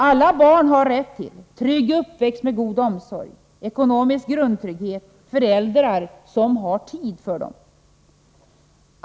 Alla barn har rätt till trygg uppväxt och god omsorg, ekonomisk grundtrygghet samt föräldrar som har tid för dem.